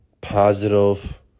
positive